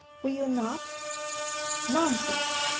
will you not nonsense!